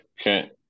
Okay